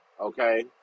okay